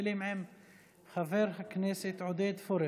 מתחילים עם חבר הכנסת עודד פורר.